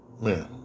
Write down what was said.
man